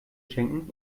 schenken